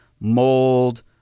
mold